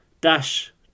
dash